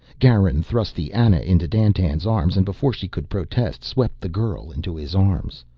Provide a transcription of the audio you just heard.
garin thrust the ana into dandtan's arms and, before she could protest, swept the girl into his arms.